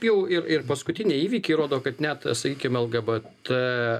jau ir ir paskutiniai įvykiai rodo kad net sakykim lgbt